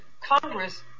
Congress